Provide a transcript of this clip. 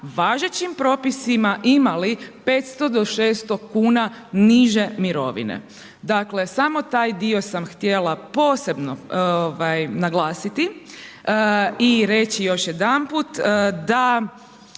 važećim propisima imali 500 do 600 kuna niže mirovine. Dakle, samo taj dio sam htjela posebno naglasiti i reći još jedanput da